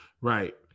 Right